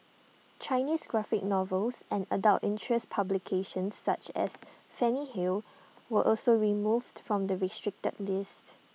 Chinese graphic novels and adult interest publications such as Fanny hill were also removed from the restricted list